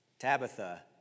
Tabitha